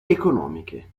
economiche